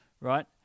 Right